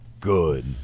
good